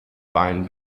bein